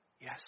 Yes